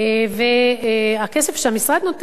הכסף שהמשרד נותן,